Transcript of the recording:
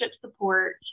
support